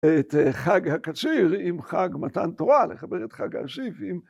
‫את חג הקציר עם חג מתן תורה, ‫לחבר את חג האסיף עם.